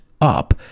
up